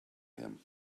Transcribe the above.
him